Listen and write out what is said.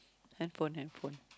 handphone handphone